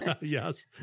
Yes